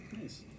nice